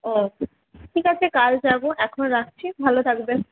ও ঠিক আছে কাল যাবো এখন রাখছি ভালো থাকবেন